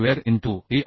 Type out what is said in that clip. square into E